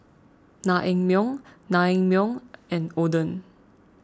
Naengmyeon Naengmyeon and Oden